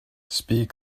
speak